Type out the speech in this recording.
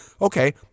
okay